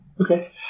Okay